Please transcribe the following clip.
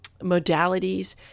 modalities